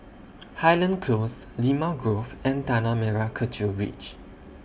Highland Close Limau Grove and Tanah Merah Kechil Ridge